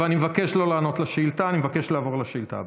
וכתוצאה מכך